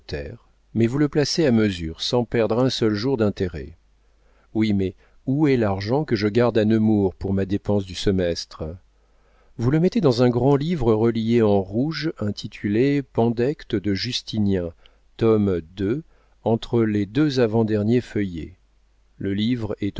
mais vous le placez à mesure sans perdre un seul jour d'intérêt oui mais où est l'argent que je garde à nemours pour ma dépense du semestre vous le mettez dans un grand livre relié en rouge intitulé pandectes de justinien tome ii entre les deux avant derniers feuillets le livre